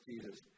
Jesus